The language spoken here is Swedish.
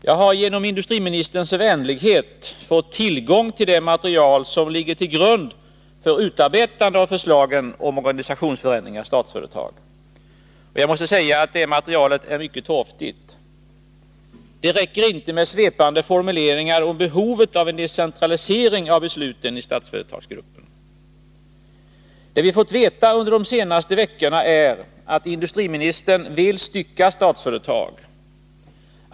Jag har genom industriministerns vänlighet fått tillgång till det material som ligger till grund för utarbetande av förslagen om organisationsförändringar i Statsföretag. Jag måste säga att det materialet är mycket torftigt. Det räcker inte med svepande formuleringar om behovet av en decentralisering av besluten i Statsföretagsgruppen. Det vi fått veta under de senaste veckorna är att industriministern vill stycka Statsföretag.